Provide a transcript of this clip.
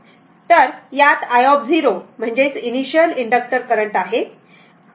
तर यात i0 म्हणजे इनिशिअल इनडक्टर करंट आहे